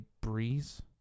breeze